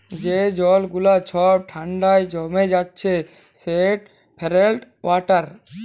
যে জল গুলা ছব ঠাল্ডায় জমে যাচ্ছে সেট ফ্রজেল ওয়াটার